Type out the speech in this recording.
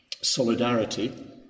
solidarity